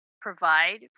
provide